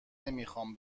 نمیخوام